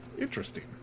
interesting